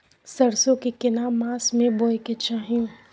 सरसो के केना मास में बोय के चाही?